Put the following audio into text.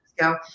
Go